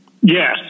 Yes